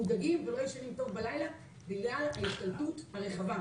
מודאגים ולא ישנים טוב בלילה בגלל ההשתלטות הרחבה.